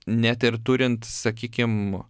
net ir turint sakykim